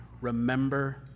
remember